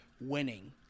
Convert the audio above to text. winning